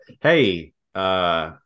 Hey